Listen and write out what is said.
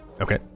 Okay